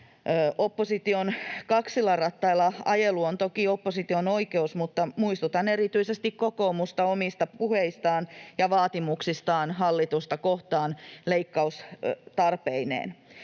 Opposition kaksilla rattailla ajelu on toki opposition oikeus, mutta muistutan erityisesti kokoomusta omista puheistaan ja vaatimuksistaan hallitusta kohtaan leikkaustarpeineen.